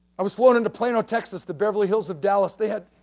i was flown into plano, texas, the beverly hills of dallas. they had